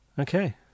Okay